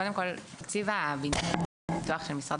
קודם כול תקציב בניין ופיתוח של משרד